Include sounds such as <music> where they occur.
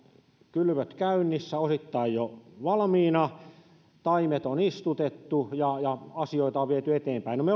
kylvöt käynnissä osittain jo valmiina taimet on istutettu ja asioita on viety eteenpäin me <unintelligible>